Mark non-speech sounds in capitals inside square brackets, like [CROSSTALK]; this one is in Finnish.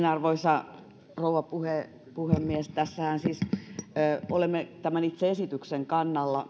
[UNINTELLIGIBLE] arvoisa rouva puhemies tässähän siis myös sosiaalidemokraatteina olemme tämän itse esityksen kannalla